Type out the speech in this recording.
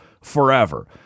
forever